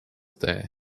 day